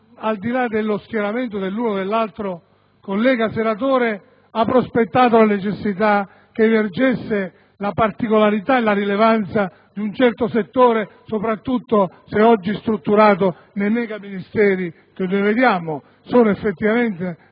al di là dello schieramento dell'uno o dell'altro collega senatore, la necessità che emergesse la particolarità e la rilevanza di un certo settore, soprattutto se oggi strutturato nei megaministeri che abbiamo dinanzi